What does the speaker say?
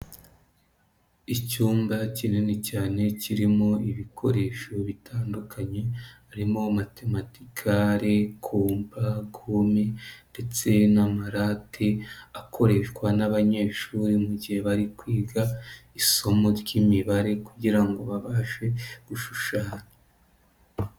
Icyumba kinini cyane kirimo ibikoresho bitandukanye harimo matematikare, kompa, gome ndetse n'amarate akoreshwa n'abanyeshuri mu gihe bari kwiga isomo ry'imibare kugira ngo babashe gushushanya.